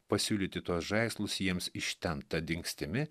pasiūlyti tuos žaislus jiems iš ten ta dingstimi